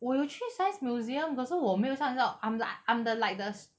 我有去 science museum 可是我没有像这种 I'm like I'm the like the